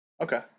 Okay